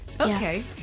okay